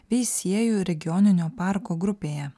veisiejų regioninio parko grupėje